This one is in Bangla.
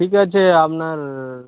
ঠিক আছে আপনার